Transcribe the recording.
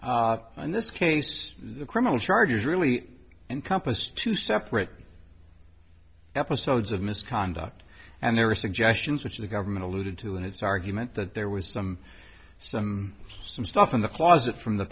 in this case the criminal charges really encompass two separate episodes of misconduct and there were suggestions which the government alluded to in its argument that there was some some some stuff in the closet from the